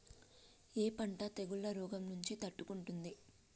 ఏ పంట తెగుళ్ల రోగం నుంచి తట్టుకుంటుంది?